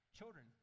Children